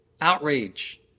outrage